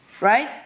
right